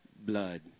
blood